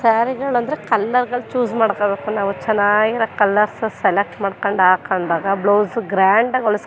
ಸ್ಯಾರಿಗಳು ಅಂದರೆ ಕಲ್ಲರ್ಗಳು ಚೂಸ್ ಮಾಡ್ಕೊಳ್ಬೇಕು ನಾವು ಚೆನ್ನಾಗಿರೋ ಕಲ್ಲರ್ಸು ಸೆಲೆಕ್ಟ್ ಮಾಡ್ಕೊಂಡು ಹಾಕೊಂಡಾಗ ಬ್ಲೌಸು ಗ್ರ್ಯಾಂಡಾಗಿ ಹೊಲ್ಸ್ಕೊ